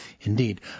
Indeed